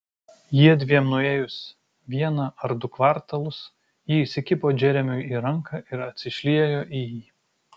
jiedviem nuėjus vieną ar du kvartalus ji įsikibo džeremiui į ranką ir atsišliejo į jį